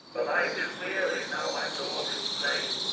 for life is weary, now my lord is slain,